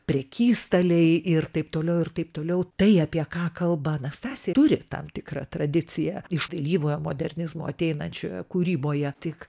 prekystaliai ir taip toliau ir taip toliau tai apie ką kalba anastasija turi tam tikrą tradiciją iš vėlyvojo modernizmo ateinančioje kūryboje tik